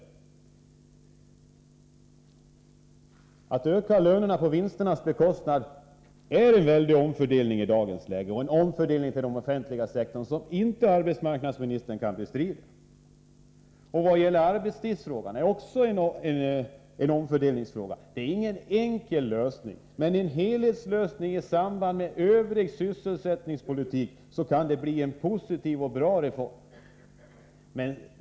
Att öka lönerna på vinsternas bekostnad är en väldig omfördelning i dagens läge, en omfördelning till den offentliga sektorn som arbetsmarknadsministern inte kan bestrida. Arbetstidsfrågan är också en omfördelningsfråga. På den finns ingen enkel lösning, men en helhetslösning i samband med sysselsättningspolitiken i Övrigt kan bli en positiv och bra reform.